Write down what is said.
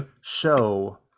show